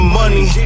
money